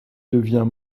devient